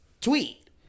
tweet